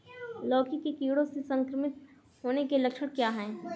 लौकी के कीड़ों से संक्रमित होने के लक्षण क्या हैं?